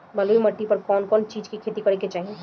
बलुई माटी पर कउन कउन चिज के खेती करे के चाही?